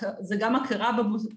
רוב הפרמדיקים יש להם.